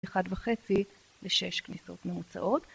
1.5 ל-6 כניסות ממוצעות